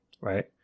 right